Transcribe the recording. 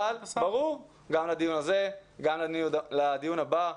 ברור, גם לדיון הזה, גם לדיון הבא.